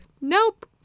Nope